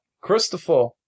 Christopher